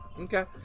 Okay